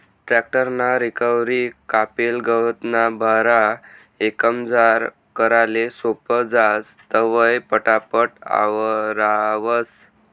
tractor ना रेकवरी कापेल गवतना भारा एकमजार कराले सोपं जास, तवंय पटापट आवरावंस